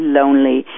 lonely